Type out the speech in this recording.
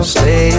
stay